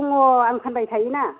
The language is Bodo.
दङ आं फानबायय थायोना